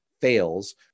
fails